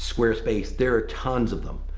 squarespace. there are tons of them.